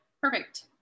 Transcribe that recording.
perfect